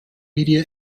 media